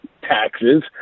taxes